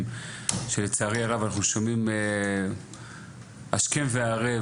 שלצערי הרב אנחנו שומעים השכם וערב,